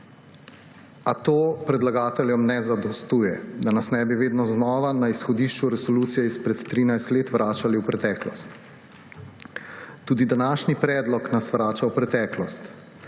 A to predlagateljem ne zadostuje, da nas ne bi vedno znova na izhodišču resolucije izpred 13 let vračali v preteklost. Tudi današnji predlog nas vrača v preteklost.